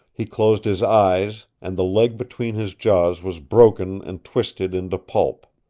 he closed his eyes, and the leg between his jaws was broken and twisted into pulp.